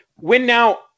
Win-now